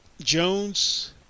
Jones